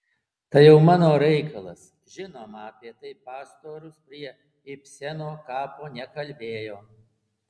tai jau mano reikalas žinoma apie tai pastorius prie ibseno kapo nekalbėjo